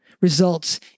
results